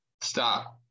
Stop